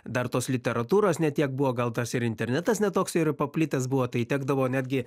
dar tos literatūros ne tiek buvo gal tas ir internetas ne toks ir paplitęs buvo tai tekdavo netgi